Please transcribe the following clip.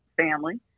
family